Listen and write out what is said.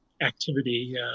activity